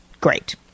great